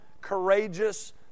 courageous